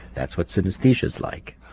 that's what synesthesia is like